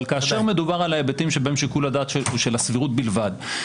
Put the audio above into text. אבל כאשר מדובר על ההיבטים בהם שיקול הדעת הוא של הסבירות בלבד,